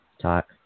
talk